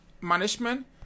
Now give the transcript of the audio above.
management